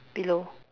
below